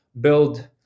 build